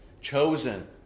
chosen